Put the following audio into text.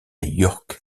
york